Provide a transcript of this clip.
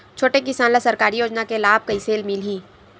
छोटे किसान ला सरकारी योजना के लाभ कइसे मिलही?